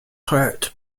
hurt